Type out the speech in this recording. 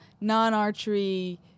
non-archery